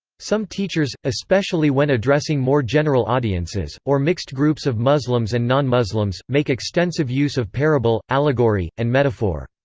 some teachers, especially when addressing more general audiences, or mixed groups of muslims and non-muslims, make extensive use of parable, allegory, and metaphor.